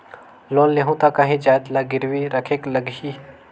Loan लेहूं ता काहीं जाएत ला गिरवी रखेक लगही?